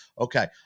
Okay